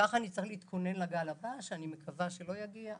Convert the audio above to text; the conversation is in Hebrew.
כך נצטרך להתכונן לגל הבא, שאני מקווה שלא יגיע.